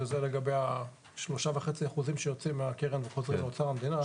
וזה לגבי ה-3.5% שיוצאים מהקרן וחוזרים לאוצר המדינה.